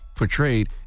Portrayed